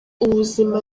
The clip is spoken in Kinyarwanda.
ubuzima